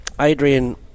Adrian